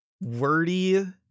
wordy